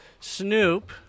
Snoop